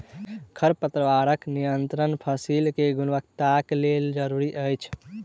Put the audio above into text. खरपतवार नियंत्रण फसील के गुणवत्ताक लेल जरूरी अछि